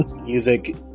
Music